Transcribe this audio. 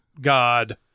god